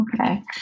Okay